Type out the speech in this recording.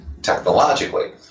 technologically